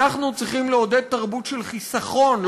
אנחנו צריכים לעודד תרבות של חיסכון,